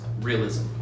realism